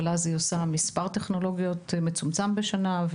אבל אז היא עושה מספר טכנולוגיות מצומצם בשנה.